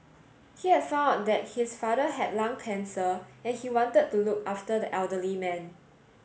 he had found out that his father had lung cancer and he wanted to look after the elderly man